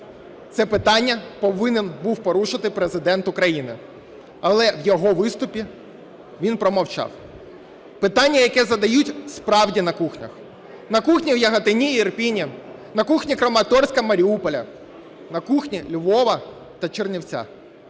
Це питання повинен був порушити Президент України, але в його виступі він промовчав. Питання, яке задають справді на кухнях, на кухні в Яготині, Ірпені, на кухні Краматорська, Маріуполя, на кухні Львова та Чернівців,